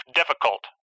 difficult